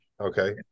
okay